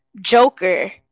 joker